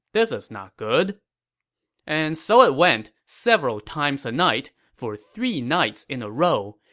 this is not good and so it went, several times a night for three nights in a row.